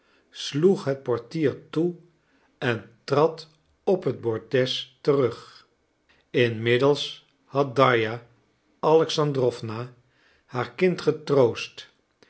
sloeg het portier toe en trad op het bordes terug inmiddels had darja alexandrowna haar kind getroost